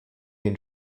den